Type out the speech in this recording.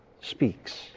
speaks